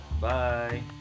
Bye